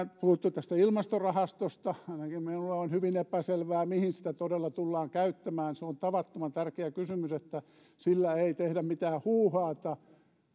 puhuttu ilmastorahastosta ainakin minulle on hyvin epäselvää mihin sitä todella tullaan käyttämään se on tavattoman tärkeä kysymys että sillä ei tehdä mitään huuhaata